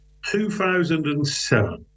2007